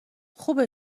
خوبه